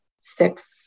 Six